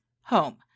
home